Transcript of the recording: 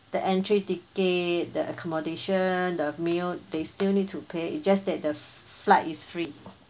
the entry ticket the accommodation the meal they still need to pay just that the flight is free